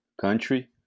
country